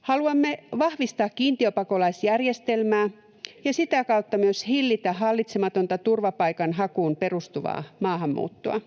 Haluamme vahvistaa kiintiöpakolaisjärjestelmää ja sitä kautta myös hillitä hallitsematonta turvapaikan hakuun perustuvaa maahanmuuttoa.